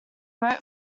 wrote